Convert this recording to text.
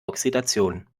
oxidation